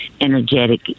energetic